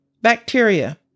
bacteria